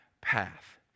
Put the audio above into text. path